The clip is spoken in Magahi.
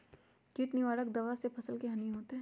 किट निवारक दावा से फसल के हानियों होतै?